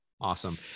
Awesome